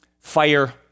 Fire